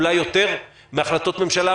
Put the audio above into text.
אולי יותר מהחלטות ממשלה,